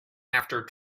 after